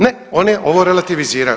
Ne, one ovo relativiziraju.